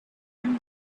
him